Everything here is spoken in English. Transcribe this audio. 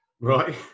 right